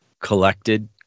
collected